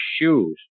shoes